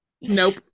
Nope